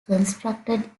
constructed